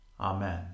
Amen